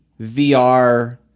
VR